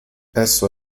esso